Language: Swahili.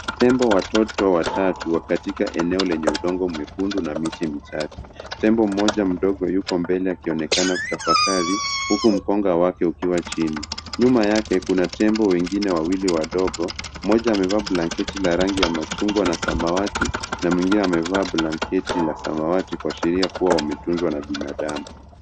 Tembo watoto watatu wa katika eneo lenye udongo mwekundu na miti michache. Tembo mmoja mdogo yuko mbele akionekana kutafakari huku mkonga wake ukiwa chini. Nyuma yake kuna tembo wengine wawili wadogo, mmoja amevaa blanketi la rangi ya machungwa na samawati na mwingine amevaa blanketi la samawati kuashiria kuwa wametunzwa na binadamu.